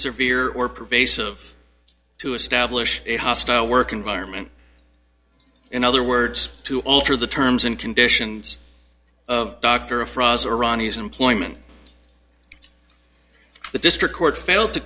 severe or pervasive to establish a hostile work environment in other words to alter the terms and conditions of doctor of iranian employment the district court failed to